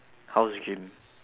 house gym